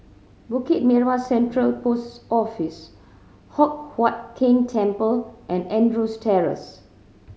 Bukit Merah Central Post Office Hock Huat Keng Temple and Andrews Terrace